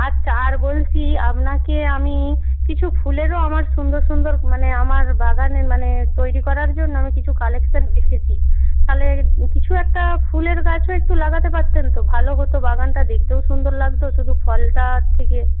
আচ্ছা আর বলছি আপনাকে আমি কিছু ফুলেরও আমার সুন্দর সুন্দর মানে আমার বাগানে মানে তৈরি করার জন্য আমি কিছু কালেকশান রেখেছি তাহলে কিছু একটা ফুলের গাছও একটু লাগাতে পারতেন তো ভালো হতো বাগানটা দেখতেও সুন্দর লাগত শুধু ফলটার থেকে